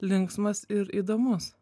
linksmas ir įdomus